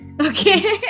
Okay